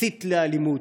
מסית לאלימות,